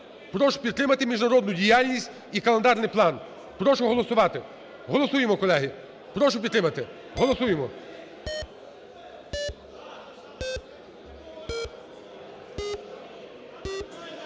Прошу підтримати міжнародну діяльність і календарний план. Прошу голосувати. Голосуємо, колеги, прошу підтримати. 16:57:23